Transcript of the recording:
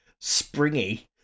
springy